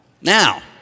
Now